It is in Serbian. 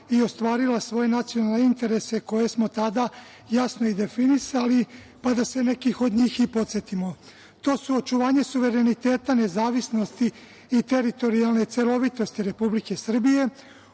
i ostvarila svoje nacionalne interese koje smo tada jasno i definisali, pa da se nekih od njih i podsetimo, to su: očuvanje suvereniteta, nezavisnosti i teritorijalne celovitosti Republike Srbije,